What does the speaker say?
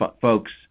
folks